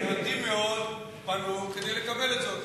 מעטים מאוד פנו כדי לקבל זאת.